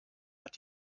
hat